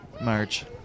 march